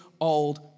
old